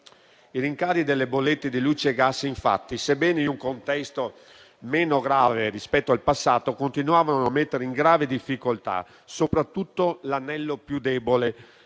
I rincari delle bollette di luce e gas infatti, sebbene in un contesto meno grave rispetto al passato, continuavano a mettere in grave difficoltà soprattutto l'anello più debole